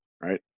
right